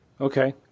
Okay